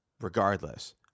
regardless